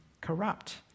corrupt